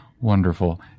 Wonderful